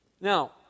Now